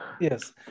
Yes